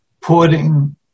putting